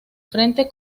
frente